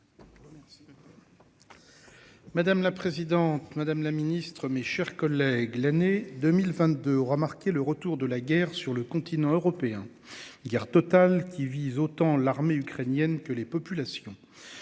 Madame la présidente Madame la Ministre, mes chers collègues, l'année 2022 remarquer le retour de la guerre sur le continent européen il y a Total, qui vise autant l'armée ukrainienne que les populations.